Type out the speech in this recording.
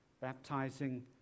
baptizing